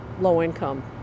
low-income